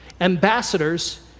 ambassadors